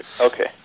Okay